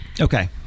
Okay